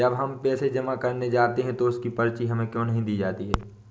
जब हम पैसे जमा करने जाते हैं तो उसकी पर्ची हमें क्यो नहीं दी जाती है?